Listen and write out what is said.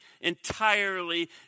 entirely